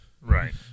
Right